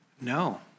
No